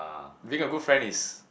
being a good friend is